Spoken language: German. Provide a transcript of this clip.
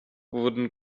wurden